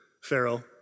Pharaoh